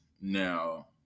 Now